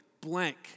blank